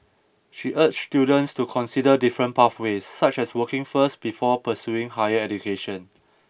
she urged students to consider different pathways such as working first before pursuing higher education